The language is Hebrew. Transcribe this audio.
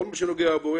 כל מה שנוגע בי,